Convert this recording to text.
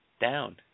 Down